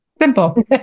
Simple